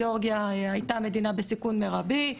גאורגיה הייתה מדינה בסיכון מרבי,